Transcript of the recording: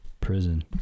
prison